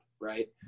right